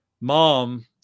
Mom